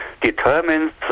determines